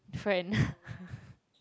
friend